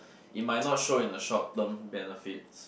it might not show in a short term benefits